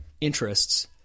interests